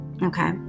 Okay